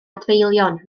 adfeilion